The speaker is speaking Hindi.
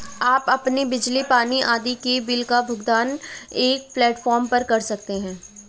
आप अपने बिजली, पानी आदि के बिल का भुगतान एक प्लेटफॉर्म पर कर सकते हैं